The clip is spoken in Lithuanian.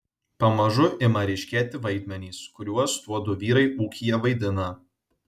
pamažu ima ryškėti vaidmenys kuriuos tuodu vyrai ūkyje vaidina